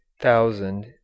thousand